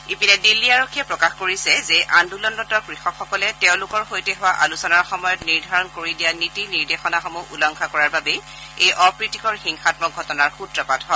ইপিনে দিল্লী আৰক্ষীয়ে প্ৰকাশ কৰিছে যে আন্দোলনৰত কৃষকসকলে তেওঁলোকৰ সৈতে হোৱা আলোচনাৰ সময়ত নিৰ্ধাৰণ কৰি দিয়া নীতি নিৰ্দেশনাসমূহ উলংঘা কৰাৰ বাবে এই অপ্ৰীতিকৰ হিংসাম্মক ঘটনাৰ সূত্ৰপাত হয়